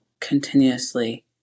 continuously